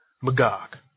Magog